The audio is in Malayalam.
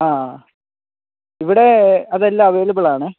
ആ ഇവിടെ അതെല്ലാം അവൈലബിൾ ആണ്